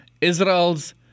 Israel's